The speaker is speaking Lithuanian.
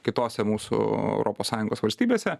kitose mūsų europos sąjungos valstybėse